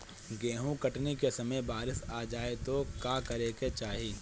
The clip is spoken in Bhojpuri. गेहुँ कटनी के समय बारीस आ जाए तो का करे के चाही?